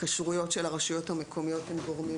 התקשרויות של הרשויות המקומיות עם גורמים